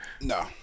No